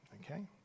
okay